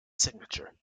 signature